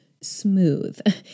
smooth